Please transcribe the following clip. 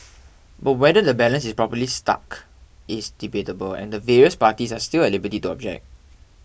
but whether the balance is properly struck is debatable and the various parties are still at liberty to object